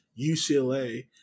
UCLA